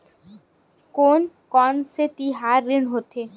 कोन कौन से तिहार ऋण होथे?